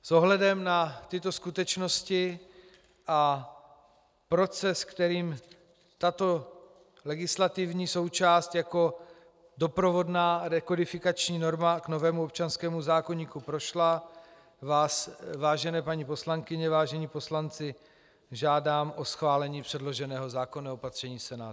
S ohledem na tyto skutečnosti a proces, kterým tato legislativní součást jako doprovodná rekodifikační norma k novému občanskému zákoníku prošla, vás, vážené paní poslankyně, vážení poslanci, žádám o schválení předloženého zákonného opatření Senátu.